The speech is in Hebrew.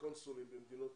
קונסולים במדינות